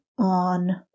On